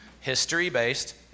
history-based